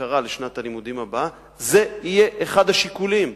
הכרה לשנת הלימודים הבאה, זה יהיה אחד השיקולים.